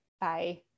Bye